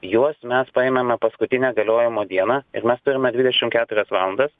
juos mes paimame paskutinę galiojimo dieną ir mes turime dvidešim keturias valandas